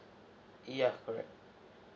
yeah correct